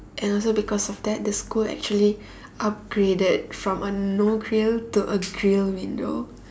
and also because of that the school actually upgraded from a no grill to a grill window